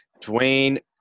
Dwayne